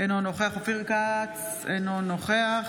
אינו נוכח ולדימיר בליאק, אינו נוכח